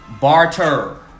Barter